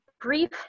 brief